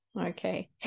okay